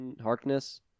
Harkness